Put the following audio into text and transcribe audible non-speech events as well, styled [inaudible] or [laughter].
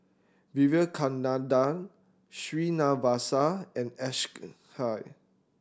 Vivekananda Srinivasa and [unintelligible] Hay